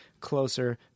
closer